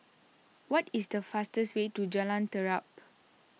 what is the fastest way to Jalan Terap